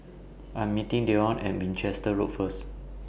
I Am meeting Dione At Winchester Road First